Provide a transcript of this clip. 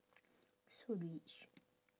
so rich